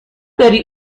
داری